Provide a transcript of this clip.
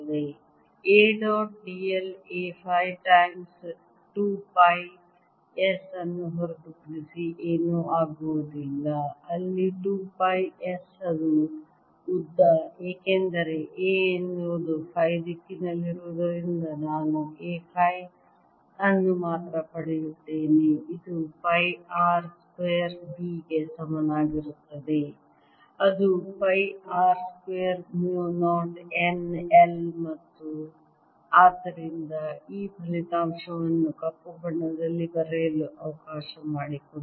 A dot d l A phi times 2 pi s ಅನ್ನು ಹೊರತುಪಡಿಸಿ ಏನೂ ಆಗುವುದಿಲ್ಲ ಅಲ್ಲಿ 2 ಪೈ s ಅದು ಉದ್ದ ಏಕೆಂದರೆ A ಎನ್ನುವುದು ಫೈ ದಿಕ್ಕಿನಲ್ಲಿರುವುದರಿಂದ ನಾನು A ಫೈ ಅನ್ನು ಮಾತ್ರ ಪಡೆಯುತ್ತೇನೆ ಇದು ಪೈ R ಸ್ಕ್ವೇರ್ B ಗೆ ಸಮನಾಗಿರುತ್ತದೆ ಅದು pi R square mu 0 n I ಮತ್ತು ಆದ್ದರಿಂದ ಈ ಫಲಿತಾಂಶವನ್ನು ಕಪ್ಪು ಬಣ್ಣದಲ್ಲಿ ಬರೆಯಲು ಅವಕಾಶ ಮಾಡಿಕೊಡಿ